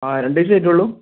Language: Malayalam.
ആ രണ്ട് ദിവസമേ ആയിട്ട് ഉള്ളൂ